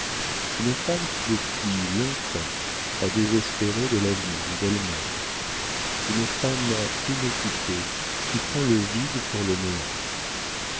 une femme qui depuis longtemps a désespéré de l'avenir ou d'elle-même une femme inoccupée qui prend le vide pour le néant